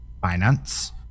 finance